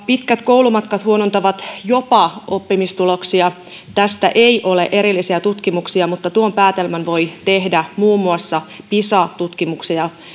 pitkät koulumatkat huonontavat jopa oppimistuloksia tästä ei ole erillisiä tutkimuksia mutta tuon päätelmän voi tehdä muun muassa pisa tutkimuksia